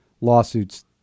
lawsuits